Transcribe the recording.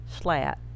SLAT